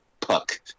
puck